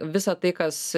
visa tai kas